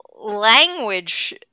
Language